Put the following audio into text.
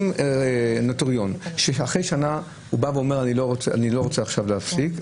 נוטריון שאחרי שנה בא ואומר: אני לא רוצה עכשיו להפסיק,